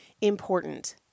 important